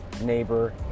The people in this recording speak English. neighbor